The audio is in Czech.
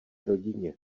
rodině